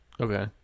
Okay